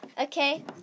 Okay